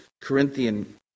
Corinthian